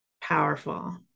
Powerful